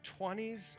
20s